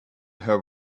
her